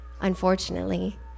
unfortunately